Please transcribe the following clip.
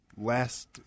last